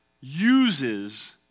uses